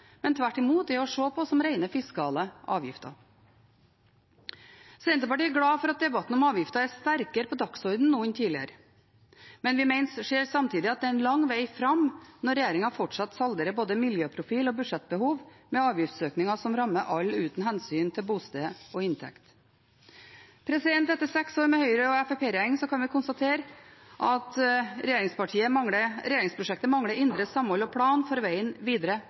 men tvert imot er å se på som rene fiskale avgifter. Senterpartiet er glad for at debatten om avgifter er sterkere på dagsordenen nå enn tidligere, men vi ser samtidig at det er en lang veg fram når regjeringen fortsatt salderer både miljøprofil og budsjettbehov med avgiftsøkninger som rammer alle, uten hensyn til bosted og inntekt. Etter seks år med Høyre og Fremskrittspartiet i regjering kan vi konstatere at regjeringsprosjektet mangler et indre samhold og en plan for vegen videre,